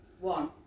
One